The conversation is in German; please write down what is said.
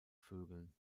vögeln